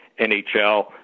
NHL